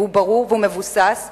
והוא ברור והוא מבוסס,